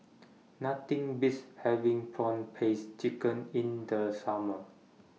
Nothing Beats having Prawn Paste Chicken in The Summer